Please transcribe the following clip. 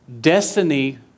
Destiny